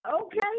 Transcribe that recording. Okay